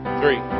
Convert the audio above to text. three